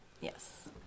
Yes